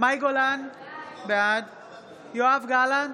מאי גולן, בעד יואב גלנט,